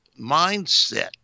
mindset